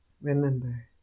remember